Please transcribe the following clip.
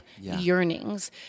yearnings